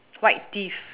white teeth